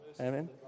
Amen